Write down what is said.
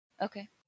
Okay